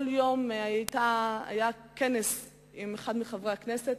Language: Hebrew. כל יום היה כנס עם אחד מחברי הכנסת.